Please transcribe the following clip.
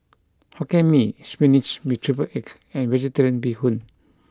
Hokkien mee spinach with triple egg and vegetarian bee hoon